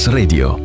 Radio